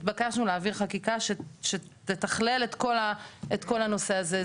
התבקשנו להעביר חקיקה שתתכלל את כל הנושא הזה.